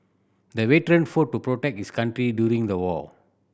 the veteran fought to protect his country during the war